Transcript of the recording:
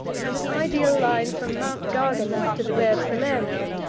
and an ideal line from mount garganus to the bay of salerno,